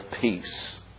peace